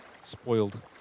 spoiled